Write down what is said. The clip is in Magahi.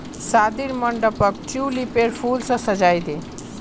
शादीर मंडपक ट्यूलिपेर फूल स सजइ दे